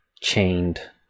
chained